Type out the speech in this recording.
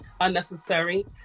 unnecessary